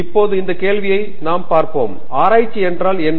இப்போது இந்த கேள்வியை நாம் பார்ப்போம் ஆராய்ச்சி என்றால் என்ன